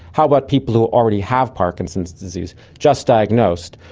how about people who already have parkinson's disease, just diagnosed,